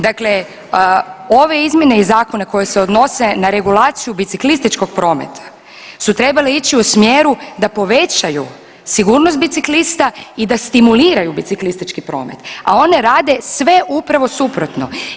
Dakle, ove izmjene iz zakona koje se odnose na regulaciju biciklističkog prometa su trebale ići u smjeru da povećaju sigurnost biciklista i da stimuliraju biciklistički promet, a one rade sve upravo suprotno.